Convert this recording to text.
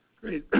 Great